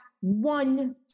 one